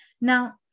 Now